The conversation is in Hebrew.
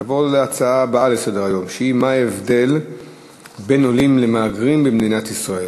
נעבור להצעה לסדר-היום בנושא: מה ההבדל בין עולים למהגרים במדינת ישראל?